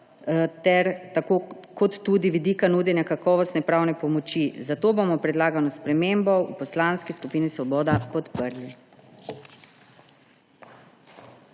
ter tudi vidika nudenja kakovostne pravne pomoči. Zato bomo predlagano spremembo v Poslanski skupini Svoboda podprli.